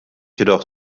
jedoch